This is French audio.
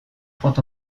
prend